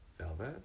velvet